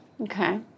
Okay